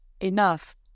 enough